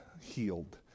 healed